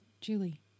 Julie